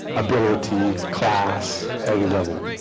ability class every level